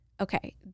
okay